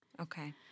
Okay